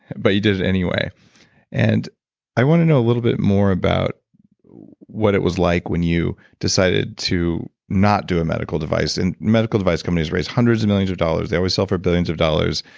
but you did it anyway and i wanna know a little bit more about what it was like when you decided to not do a medical device. and medical device companies raise hundreds of millions of dollars. they always sell for billions of dollars.